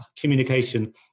communication